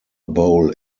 bowl